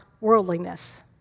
worldliness